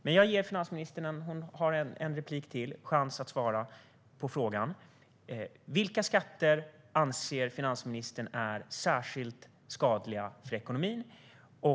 Men jag ger finansministern en chans till att svara på frågan: Vilka skatter anser finansministern är särskilt skadliga för ekonomin?